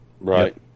Right